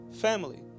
family